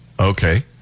Okay